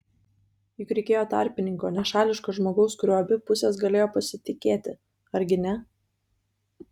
juk reikėjo tarpininko nešališko žmogaus kuriuo abi pusės galėjo pasitikėti argi ne